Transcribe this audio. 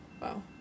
Wow